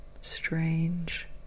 strange